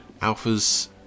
Alpha's